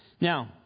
Now